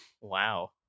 Wow